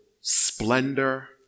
splendor